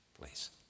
Please